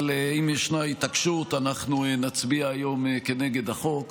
אבל אם ישנה ההתעקשות, אנחנו נצביע היום נגד החוק,